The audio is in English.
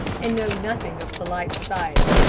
and know nothing of polite society,